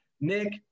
Nick